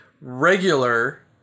regular